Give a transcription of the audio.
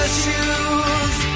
shoes